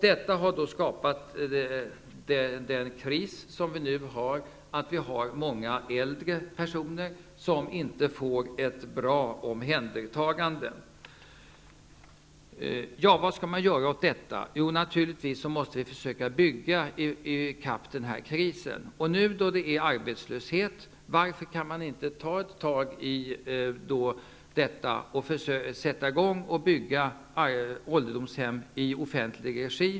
Detta har skapat den kris vi nu har, med många äldre personer som inte får ett bra omhändertagande. Vad skall man göra åt detta? Naturligtvis måste vi försöka bygga i kapp denna kris. Varför kan man inte nu, då det är arbetslöshet, ta tag i detta och börja bygga ålderdomshem i offentlig regi?